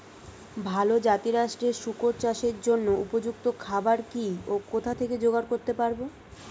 ভালো জাতিরাষ্ট্রের শুকর চাষের জন্য উপযুক্ত খাবার কি ও কোথা থেকে জোগাড় করতে পারব?